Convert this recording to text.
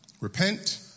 Repent